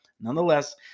nonetheless